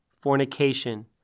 fornication